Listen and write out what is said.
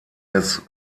des